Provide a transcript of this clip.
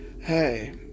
Hey